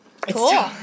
cool